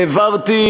העברתי